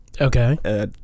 Okay